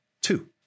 two